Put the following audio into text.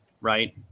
Right